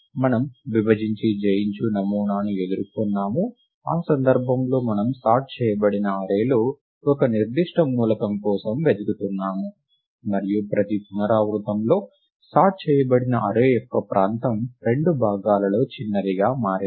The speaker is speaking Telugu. మనము విభజించి జయించు నమూనాను ఎదుర్కొన్నాము ఆ సందర్భంలో మనము సార్ట్ చేయబడిన అర్రే లో ఒక నిర్దిష్ట మూలకం కోసం వెతుకుతున్నాము మరియు ప్రతి పునరావృతంలో సార్ట్ చేయబడిన అర్రే యొక్క ప్రాంతం రెండు భాగాలలో చిన్నదిగా మారింది